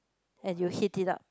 and you heat it up